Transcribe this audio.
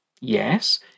Yes